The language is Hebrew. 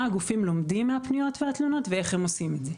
הגופים לומדים מהפניות והתלונות ואיך אם עושים את זה.